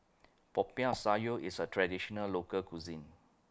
Popiah Sayur IS A Traditional Local Cuisine